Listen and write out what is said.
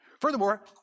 Furthermore